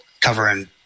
covering